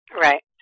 Right